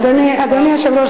אדוני היושב-ראש,